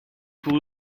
pour